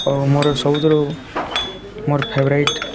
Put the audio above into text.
ଆଉ ମୋର ସବୁଥିରୁ ମୋର ଫେବରାଇଟ୍